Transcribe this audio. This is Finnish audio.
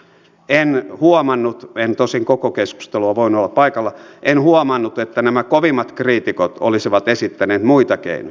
en huomannut en tosin koko keskustelua voinut olla paikalla että nämä kovimmat kriitikot olisivat esittäneet muita keinoja